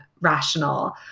rational